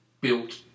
built